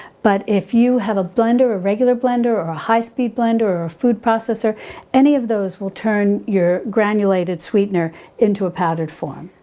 but if you have a blender, a regular blender or a high-speed blender or a food processor any of those will turn your granulated sweetener into a powdered form.